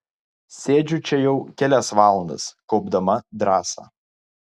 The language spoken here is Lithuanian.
sėdžiu čia jau kelias valandas kaupdama drąsą